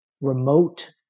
remote